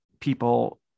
people